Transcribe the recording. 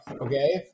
okay